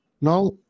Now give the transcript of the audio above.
Now